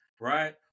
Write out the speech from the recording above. Right